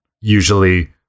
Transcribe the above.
usually